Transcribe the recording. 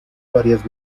varias